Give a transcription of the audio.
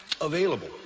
available